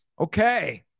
Okay